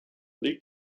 liegt